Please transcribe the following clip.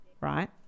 right